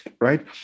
right